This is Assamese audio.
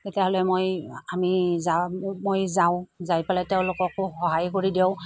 তেতিয়াহ'লে মই আমি যাওঁ মই যাওঁ যাই পেলাই তেওঁলোককো সহায় কৰি দিওঁ